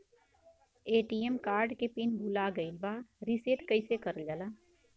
ATM card के PIN भूला गइल बा रीसेट कईसे करल जाला?